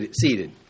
seated